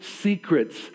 secrets